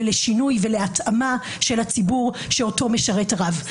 לשינוי ולהתאמה של הציבור שאותו משרת הרב.